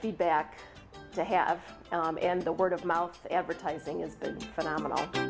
feedback to have and the word of mouth advertising is phenomenal